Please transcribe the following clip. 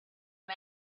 and